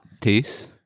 Taste